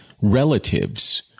relatives